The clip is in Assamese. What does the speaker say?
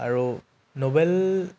আৰু ন'ভেল